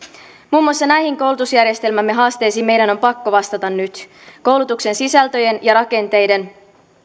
muun muassa näihin koulutusjärjestelmämme haasteisiin meidän on pakko vastata nyt koulutuksen sisältöjen ja rakenteiden